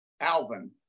Alvin